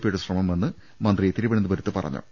പിയുടെ ശ്രമമെന്ന് മന്ത്രി തിരു വനന്തപുരത്ത് പറഞ്ഞു